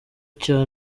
cya